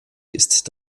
ist